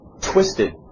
twisted